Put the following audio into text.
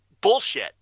bullshit